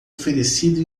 oferecido